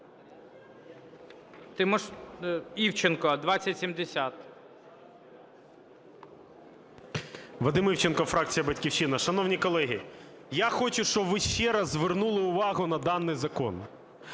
ІВЧЕНКО В.Є. Вадим Івченко, фракція "Батьківщина". Шановні колеги, я хочу, щоб ви ще раз звернули увагу на даний закон.